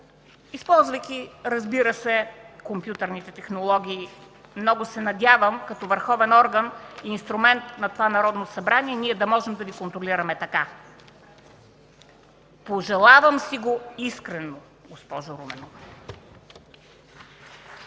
използвайки, разбира се, компютърните технологии. Много се надявам като върховен орган – инструмент на това Народно събрание, ние да можем да Ви контролираме така. Пожелавам си го искрено, госпожо Руменова.